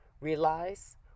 realize